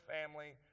family